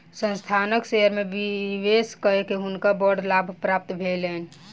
संस्थानक शेयर में निवेश कय के हुनका बड़ लाभ प्राप्त भेलैन